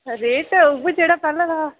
rate उ'ऐ जेह्ड़ा पैह्ले हा